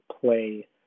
play